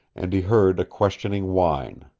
and he heard a questioning whine.